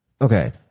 Okay